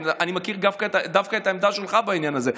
אני מכיר דווקא את העמדה שלך בעניין הזה.